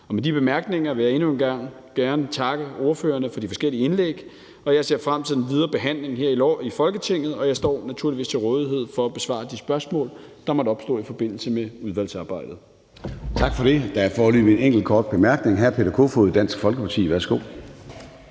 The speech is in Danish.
Med de bemærkninger vil jeg endnu en gang gerne takke ordførerne for de forskellige indlæg. Jeg ser frem til den videre behandling her i Folketinget, og jeg står naturligvis til rådighed for at besvare de spørgsmål, der måtte opstå i forbindelse med udvalgsarbejdet. Kl. 09:31 Formanden (Søren Gade): Tak for det. Der er foreløbig en enkelt kort bemærkning fra hr. Peter Kofod, Dansk Folkeparti. Værsgo.